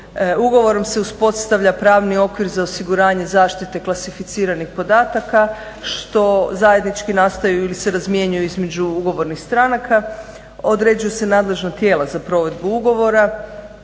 Ugovorom se uspostavlja pravni okvir za osiguranje zaštite klasificiranih podataka što zajednički nastaju ili se razmjenjuje između ugovornih stranaka, određuju se nadležna tijela za provedbu ugovora,